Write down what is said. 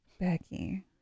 Becky